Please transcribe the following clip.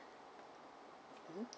mmhmm